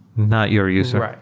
not your users.